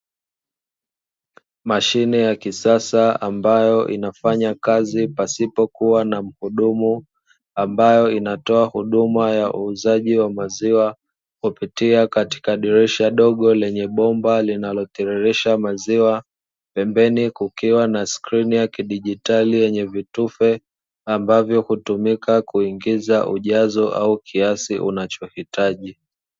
Mashine ya kisasa ambayo inafanya kazi pasipo kuwa na muhudumu ambayo inatoa huduma ya uuzaji wa maziwa kupitia katika dirisha dogo lenye bomba linaloteremsha maziwa, pembeni kukiwa na sehemu ya kidigitari yenye vitufe ambazo hutumika kuingiza ujazo au kiasi unachohitaji.